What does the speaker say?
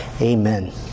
amen